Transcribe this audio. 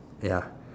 ya